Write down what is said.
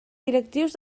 directrius